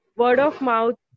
word-of-mouth